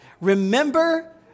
Remember